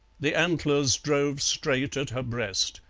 the antlers drove straight at her breast,